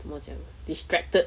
怎么讲 distracted